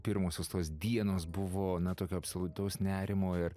pirmosios tos dienos buvo na tokio absoliutaus nerimo ir